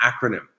acronym